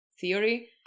theory